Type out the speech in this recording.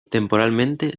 temporalmente